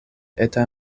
eta